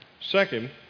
Second